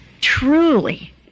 truly